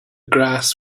grass